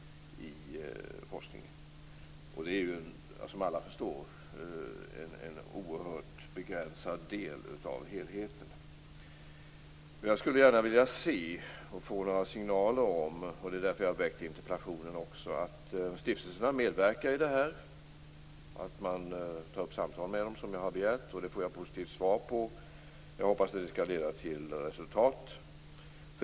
Det är, som alla förstår, en oerhört begränsad del av helheten. Jag skulle gärna vilja få signaler om att stiftelserna skall medverka i arbetet kring detta och att regeringen skall ta upp samtal med dem, som jag har begärt. Det är bl.a. därför jag har väckt interpellationen, och svaret på detta var positivt. Jag hoppas att det skall leda till resultat.